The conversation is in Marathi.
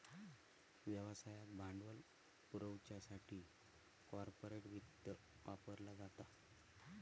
व्यवसायाक भांडवल पुरवच्यासाठी कॉर्पोरेट वित्त वापरला जाता